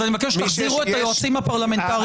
אני מבקש שתחזירו את היועצים הפרלמנטריים פנימה.